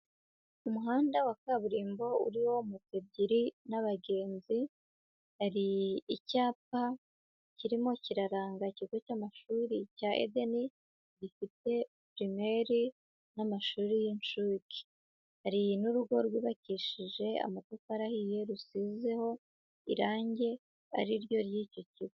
Umuhanda wa kaburimbo uriho moto ebyiri n'abagenzi, hari icyapa kirimo kiraranga ikigo cy'amashuri cya Eden gifite pirimeri n'amashuri y'inshuke, hari n'urugo rwubakishije amatafari ahiye, rusizeho irangi ari ryo ry'icyo kigo.